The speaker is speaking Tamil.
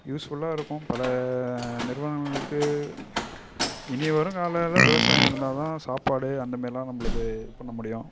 யூஸ்ஃபுல்லாக இருக்கும் பல நிறுவனங்களுக்கு இனி வரும் காலக்கட்டத்தில் விவசாயம் இருந்தா தான் சாப்பாடு அந்த மாரிலாம் நம்பளுக்கு இது பண்ண முடியும்